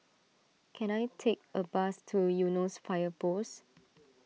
can I take a bus to Eunos Fire Post